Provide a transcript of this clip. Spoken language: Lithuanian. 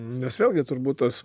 nes vėlgi turbūt tas